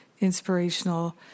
inspirational